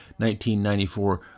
1994